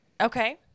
Okay